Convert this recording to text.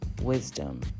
Wisdom